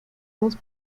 dos